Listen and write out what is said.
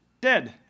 dead